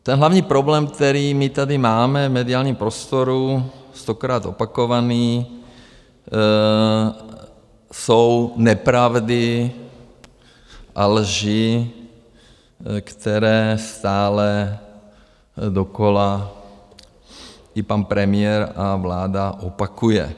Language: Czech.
Ten hlavní problém, který my tady máme v mediálním prostoru, stokrát opakovaný, jsou nepravdy a lži, které stále dokola i pan premiér a vláda opakuje.